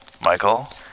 Michael